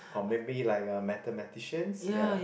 or maybe like a mathematicians ya